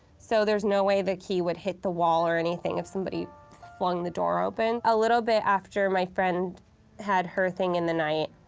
so there's no way the key would hit the wall or anything if somebody flung the door open. a little bit after my friend had her thing in the night,